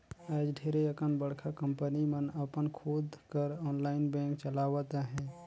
आएज ढेरे अकन बड़का कंपनी मन अपन खुद कर आनलाईन बेंक चलावत अहें